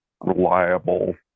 reliable